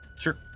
Sure